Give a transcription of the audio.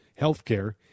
healthcare